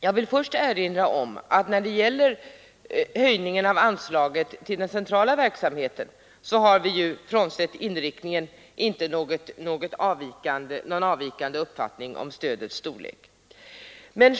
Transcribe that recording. Jag vill först erinra om att vi i fråga om höjningen av anslaget till den centrala verksamheten, bortsett från inriktningen, inte har någon avvikande uppfattning om stödets storlek.